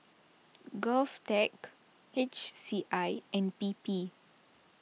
Govtech H C I and P P